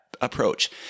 approach